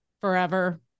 forever